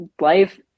life